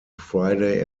friday